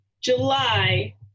july